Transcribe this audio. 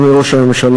אדוני ראש הממשלה,